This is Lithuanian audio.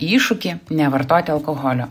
iššūkį nevartoti alkoholio